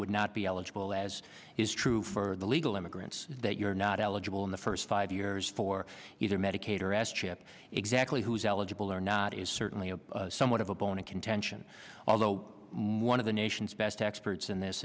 would not be eligible as is true for the legal immigrants that you're not eligible in the first five years for either medicaid or s chip exactly who's eligible or not is certainly somewhat of a bone of contention although more of the nation's best experts and this